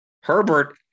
Herbert